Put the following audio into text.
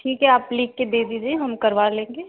ठीक है आप लिखकर दे दीजिए हम करवा लेंगे